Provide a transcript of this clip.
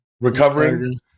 recovering